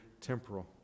temporal